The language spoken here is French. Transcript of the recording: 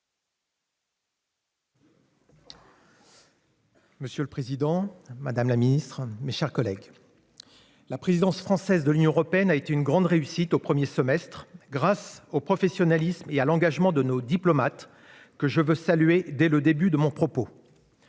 Monsieur le président, madame la ministre, mes chers collègues, la présidence française de l'Union européenne, au premier semestre, a été une grande réussite, grâce au professionnalisme et à l'engagement de nos diplomates, que je tiens à saluer dès le début de mon propos.